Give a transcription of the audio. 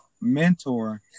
mentor